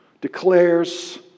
declares